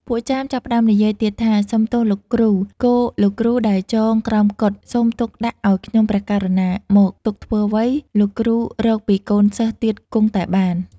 ពួកចាមចាប់ផ្ដើមនិយាយទៀតថា "សុំទោសលោកគ្រូ! គោលោកគ្រូដែលចងក្រោមកុដិ សូមទុកដាក់ឲ្យខ្ញុំព្រះករុណាមក! ទុកធ្វើអ្វី? លោកគ្រូរកពីកូនសិស្សទៀតគង់តែបាន។